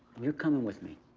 you're coming with me.